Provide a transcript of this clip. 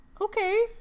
okay